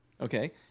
Okay